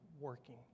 working